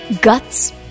Guts